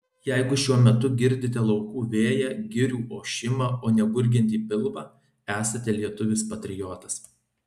jeigu šiuo metu girdite laukų vėją girių ošimą o ne gurgiantį pilvą esate lietuvis patriotas